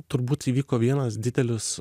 turbūt įvyko vienas didelis